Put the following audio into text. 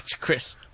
Chris